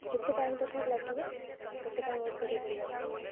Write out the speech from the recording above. କେତେ ଟାଇମ୍ ତଥାପି ଲାଗିବ କେତେ ଟାଇମ୍ ୱେଟ୍ କରିବାକୁ ପଡ଼ିବ ଆମକୁ